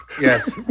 Yes